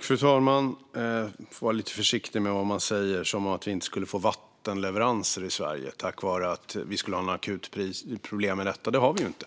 Fru talman! Man får vara lite försiktig med vad man säger, som att vi inte skulle få vattenleveranser i Sverige på grund av att vi skulle ha några akuta problem med detta. Det har vi ju inte.